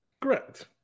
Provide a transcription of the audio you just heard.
Correct